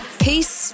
peace